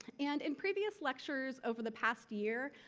and in previous lectures over the past year,